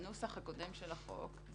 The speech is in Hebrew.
בנוסח הקודם של החוק,